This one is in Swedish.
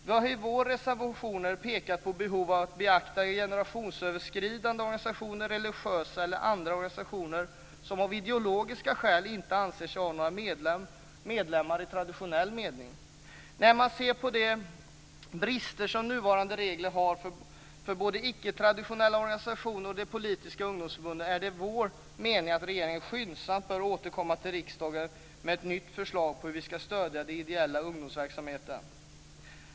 Vi har i våra reservationer pekat på behovet av att beakta generationsöverskridande organisationer, religiösa eller andra organisationer som av ideologiska skäl inte anser sig ha några medlemmar i traditionell mening. När man ser på de brister som nuvarande regler har för både icke-traditionella organisationer och politiska ungdomsförbund är det vår mening att regeringen skyndsamt bör återkomma till riksdagen med ett nytt förslag om hur vi ska stödja den ideella ungdomsverksamheten.